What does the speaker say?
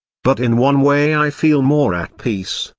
but in one way i feel more at peace,